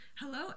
Hello